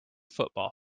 football